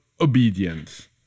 obedience